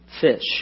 fish